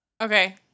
okay